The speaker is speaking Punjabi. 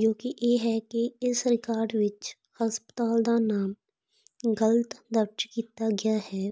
ਜੋ ਕਿ ਇਹ ਹੈ ਕਿ ਇਸ ਰਿਕਾਰਡ ਵਿੱਚ ਹਸਪਤਾਲ ਦਾ ਨਾਮ ਗਲਤ ਦਰਜ ਕੀਤਾ ਗਿਆ ਹੈ